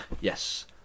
Yes